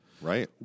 Right